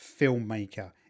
Filmmaker